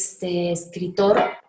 escritor